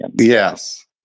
Yes